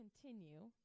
continue